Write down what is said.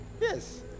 Yes